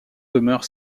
demeure